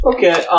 Okay